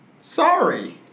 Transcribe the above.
Sorry